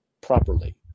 properly